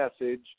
message